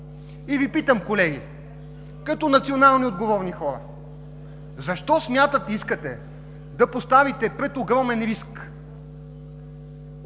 И Ви питам, колеги, като национално отговорни хора: защо искате да поставите пред огромен риск